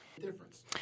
difference